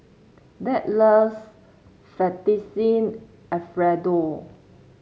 Dirk loves Fettuccine Alfredo